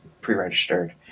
pre-registered